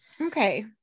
okay